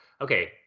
Okay